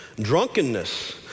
Drunkenness